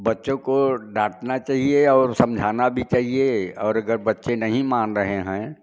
बच्चों को डांटना चाहिए और समझाना भी चाहिए और अगर बच्चे नहीं मान रहे हैं